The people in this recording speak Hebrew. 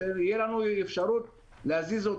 שתהיה לנו אפשרות להזיז.